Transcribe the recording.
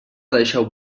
deixeu